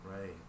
right